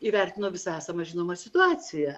įvertinau esamą žinomą situaciją